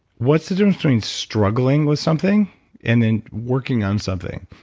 what's the difference between struggling with something and then working on something?